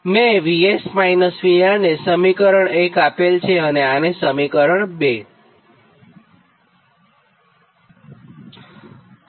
મેં VS- VR ને સમીકરણ 1 આપેલ છે અને આને સમીકરણ 2